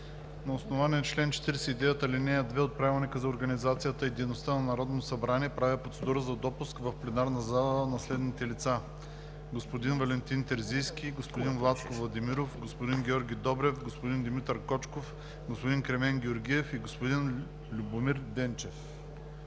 на основание чл. 49, ал. 2 от Правилника за организацията и дейността на Народното събрание правя процедура за допуск в пленарната зала на следните лица: господин Валентин Терзийски, господин Владко Владимиров, господин Георги Добрев, господин Димитър Кочков, господин Кремен Георгиев и господин Любомир Денчев.